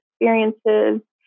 experiences